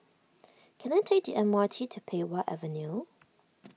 can I take the M R T to Pei Wah Avenue